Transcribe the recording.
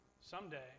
someday